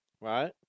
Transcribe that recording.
right